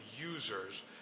users